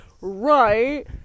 right